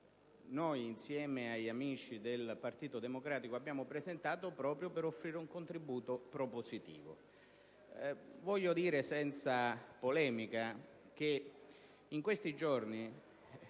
che insieme agli amici del Partito Democratico abbiamo presentato proprio al fine di offrire un contributo propositivo. Voglio dire senza polemica che in questi giorni